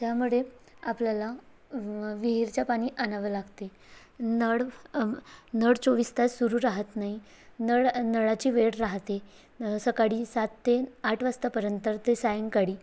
त्यामुळे आपल्याला विहीरच्या पाणी अणावं लागते नळ नळ चोवीस तास सुरू राहत नाही नळ नळाची वेळ राहते सकाळी सात ते आठ वाजतापर्यंत तर ते सायंकाळी